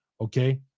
okay